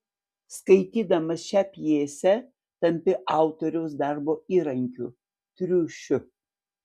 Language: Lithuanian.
skaitydamas šią pjesę tampi autoriaus darbo įrankiu triušiu